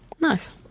Nice